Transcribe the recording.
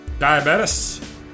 diabetes